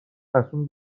تصمیم